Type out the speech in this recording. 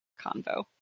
convo